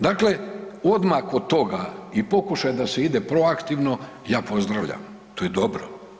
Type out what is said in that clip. Dakle, odmah kod toga i pokušaj da se ide proaktivno, ja pozdravljam, to je dobro.